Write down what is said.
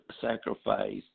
sacrifice